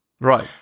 right